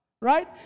right